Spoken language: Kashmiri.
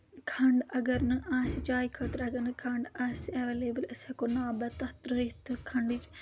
کھنڈ اگر نہٕ آسہِ چایہِ خٲطرٕ اگر نہٕ کھَنٛڈ آسہِ اؠویلیبٕل أسۍ ہؠکو نا بد تَتھ ترٛٲوِتھ تہٕ کھنٛڈٕچۍ